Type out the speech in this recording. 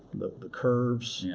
the curves, yeah